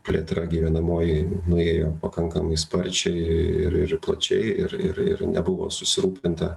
plėtra gyvenamoji nuėjo pakankamai sparčiai ir ir plačiai ir ir ir nebuvo susirūpinta